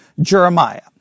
Jeremiah